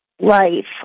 life